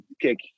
kick